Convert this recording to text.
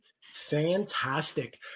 Fantastic